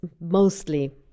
mostly